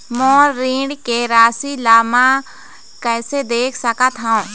मोर ऋण के राशि ला म कैसे देख सकत हव?